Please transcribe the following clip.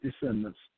descendants